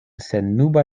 sennuba